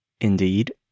Indeed